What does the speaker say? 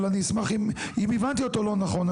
אבל אם הבנתי אותו לא נכון,